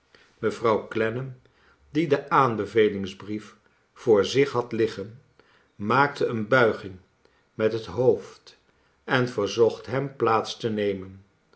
mevrouw clennam die den aanbevelings brief voor zich had liggen maakte een bulging met het hoofd en verzocht hem plaats te nemen